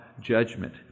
judgment